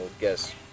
guess